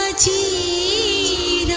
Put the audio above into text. ah t